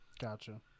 Gotcha